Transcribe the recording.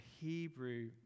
Hebrew